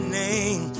name